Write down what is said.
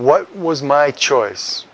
what was my choice